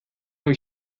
habe